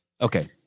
Okay